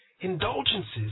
indulgences